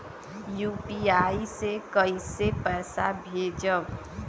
UPI से कईसे पैसा भेजब?